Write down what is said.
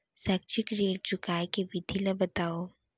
शैक्षिक ऋण चुकाए के विधि ला बतावव